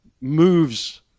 moves